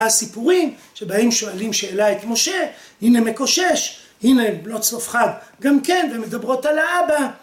הסיפורים שבהם שואלים שאלה את משה, הנה מקושש, הנה בנות צלפחד גם כן ומדברות על האבא